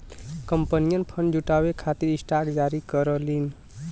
कंपनियन फंड जुटावे खातिर स्टॉक जारी करलीन